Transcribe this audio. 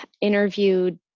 interviewed